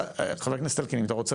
חבר הכנסת אלקין, אתה רוצה